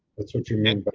that's what you mean. but